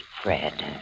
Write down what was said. Fred